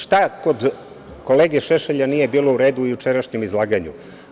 Šta kod kolege Šešelja nije bilo u redu u jučerašnjem izlaganju?